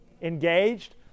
engaged